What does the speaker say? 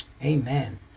Amen